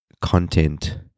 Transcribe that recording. content